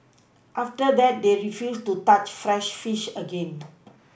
after that they refused to touch fresh fish again